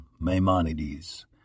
Maimonides